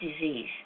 disease